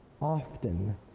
often